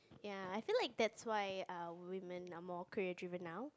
ya I feel like that's why err women are more career driven now